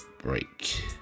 break